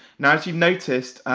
now as you've noticed,